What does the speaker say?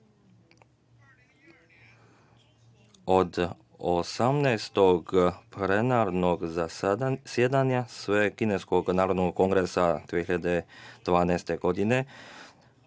Od 18. plenarnog zasedanja Svekineskog narodnog kongresa 2012. godine,